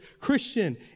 Christian